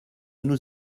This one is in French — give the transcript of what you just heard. nous